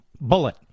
Bullet